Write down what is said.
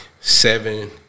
seven